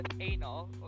anal